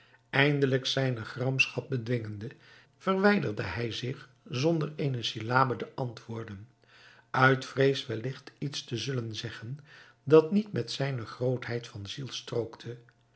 eindelijk zijne gramschap bedwingende verwijderde hij zich zonder eene syllabe te antwoorden uit vrees welligt iets te zullen zeggen dat niet met zijne grootheid van ziel strookte